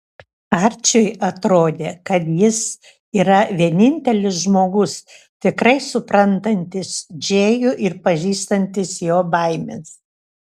arčiui atrodė kad jis yra vienintelis žmogus tikrai suprantantis džėjų ir pažįstantis jo baimes